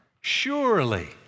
surely